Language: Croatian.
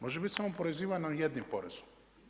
Može biti samo oporezivano jednim porezom.